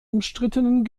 umstrittenen